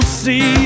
see